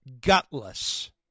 gutless